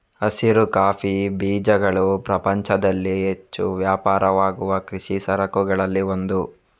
ಹಸಿರು ಕಾಫಿ ಬೀಜಗಳು ಪ್ರಪಂಚದಲ್ಲಿ ಹೆಚ್ಚು ವ್ಯಾಪಾರವಾಗುವ ಕೃಷಿ ಸರಕುಗಳಲ್ಲಿ ಒಂದು